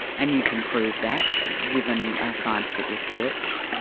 and you can prove that, given scientific research?